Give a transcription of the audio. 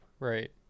right